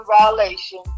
violation